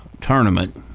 tournament